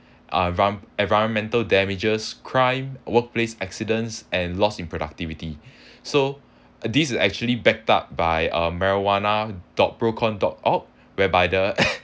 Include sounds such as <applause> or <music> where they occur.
environm~ environmental damages crime workplace accidents and loss in productivity so this actually backed up by uh marijuana dot pro con dot org whereby the <coughs>